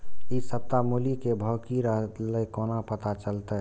इ सप्ताह मूली के भाव की रहले कोना पता चलते?